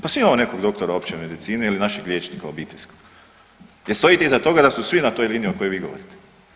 Pa svi imamo nekog doktora opće medicine ili našeg liječnika obiteljskog jer stojite iza toga da su svi na toj liniji o kojoj vi govorite.